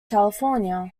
california